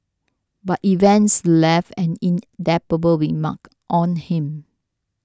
but events left an indelible remark on him